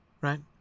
right